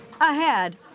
Ahead